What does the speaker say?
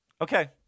Okay